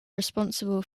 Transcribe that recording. responsible